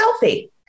selfie